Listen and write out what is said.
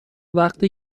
وقتی